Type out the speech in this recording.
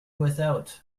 without